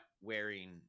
wearing